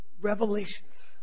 revelations